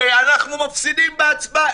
אנחנו מפסידים בהצבעה.